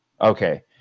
Okay